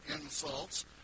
insults